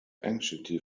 anxiety